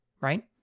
Right